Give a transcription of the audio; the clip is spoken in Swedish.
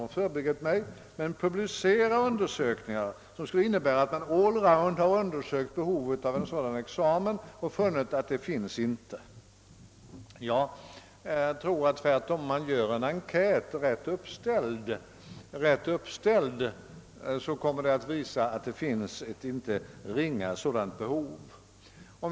Får jag be statsrådet att publicera det material som skulle innebära att man all round undersökt behovet av en sådan examen och funnit att det inte finns. Jag tror att om man gör en enkät, rätt uppställd, så kommer den tvärtom att visa att det finns ett inte ringa sådant behov.